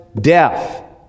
death